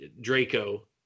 Draco